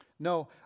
No